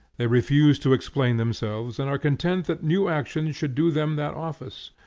they refuse to explain themselves, and are content that new actions should do them that office.